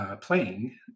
playing